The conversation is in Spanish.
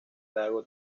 lago